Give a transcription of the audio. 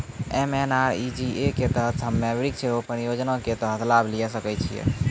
MNREGA के तहत हम्मय वृक्ष रोपण योजना के तहत लाभ लिये सकय छियै?